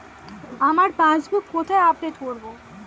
আমার পাসবুক কোথায় আপডেট করব?